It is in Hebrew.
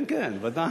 כן, כן, ודאי.